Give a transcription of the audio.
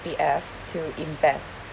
C_P_F to invest